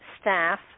Staff